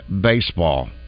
baseball